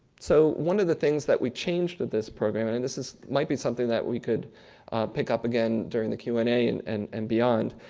so, one of the things that we changed with this program and and this this might be something that we could pick up again during the q and a and and and beyond,